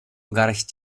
garść